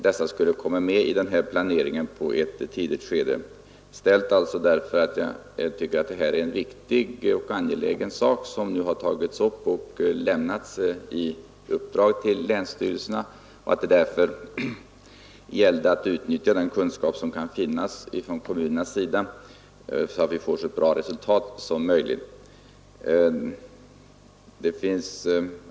Jag har alltså ställt frågorna därför att jag tycker att det är en viktig och angelägen sak som nu tagits upp — och ett viktigt uppdrag som lämnats till länsstyrelserna. Jag anser att det gäller att utnyttja den kunskap som finns hos kommunerna för att få så bra resultat som möjligt.